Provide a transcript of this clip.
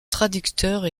traducteurs